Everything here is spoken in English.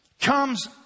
comes